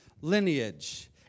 lineage